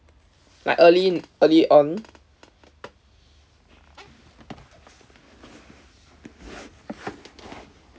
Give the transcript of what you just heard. like early early on